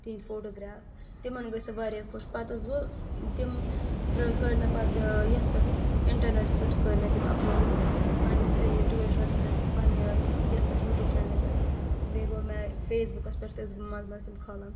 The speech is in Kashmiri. تِہِنٛدۍ فوٹو گراف تِمن گٔے سۄ واریاہ خۄش پتہٕ ٲسٕس بہٕ تِم تِر کٔرۍ مےٚ پتہٕ یتھ پٮ۪ٹھ انٹرنیٹس پٮ۪ٹھ کٔرۍ مےٚ تِم اپ لوڈ پننس ٹُویٖٹرس پٮ۪ٹھ پننہِ یتھ پٮ۪ٹھ یوٗٹیوٗب چنلہِ پٮ۪ٹھ بیٚیہِ کوٚر مےٚ فیس بُکس پٮ۪ٹھ تہِ ٲسٕس بہٕ منٛزٕ منٛزٕ تِم کھالان